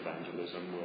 evangelism